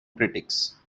critics